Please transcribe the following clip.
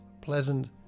pleasant